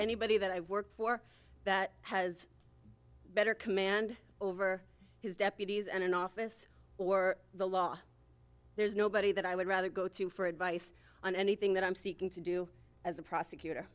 anybody that i've worked for that has better command over his deputies and in office or the law there's nobody that i would rather go to for advice on anything that i'm seeking to do as a